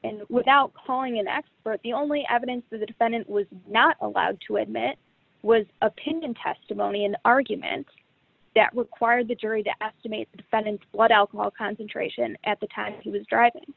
and without calling an expert the only evidence the defendant was not allowed to admit was opinion testimony and argument that required the jury to estimate the defendant's what alcohol concentration at the time he was driving